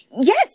yes